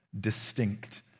distinct